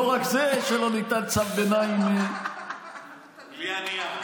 לא רק זה שלא ניתן צו ביניים בלי הנייר.